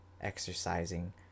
exercising